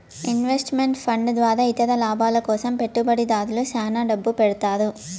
invest meant fund ద్వారా ఇతర లాభాల కోసం పెట్టుబడిదారులు శ్యాన డబ్బు పెడతారు